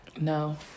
No